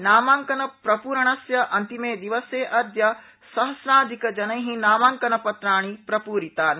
नामांकनप्रणस्य अन्तिमे दिवसे अद्य सहस्राधिकजन नामांकन पत्राणि पूरितानि